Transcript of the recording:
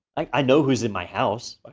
i know who's in my house,